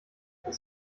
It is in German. was